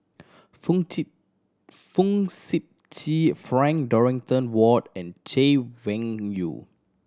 Fong Trip Fong Sip Chee Frank Dorrington Ward and Chay Weng Yew